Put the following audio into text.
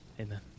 amen